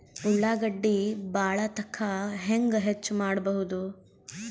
ಉಳ್ಳಾಗಡ್ಡಿ ಬಾಳಥಕಾ ಹೆಂಗ ಹೆಚ್ಚು ಮಾಡಬಹುದು?